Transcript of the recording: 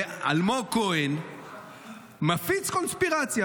ואלמוג כהן מפיץ קונספירציה,